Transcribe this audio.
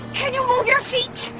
can you move your feet?